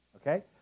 Okay